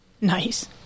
Nice